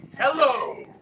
Hello